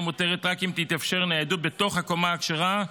מותרת רק אם תתאפשר ניידות בתוך הקומה הכשרה,